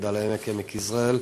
מגדל-העמק ועמק-יזרעאל,